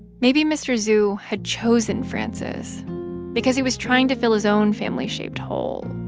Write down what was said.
maybe mr. zhu had chosen frances because he was trying to fill his own family-shaped hole.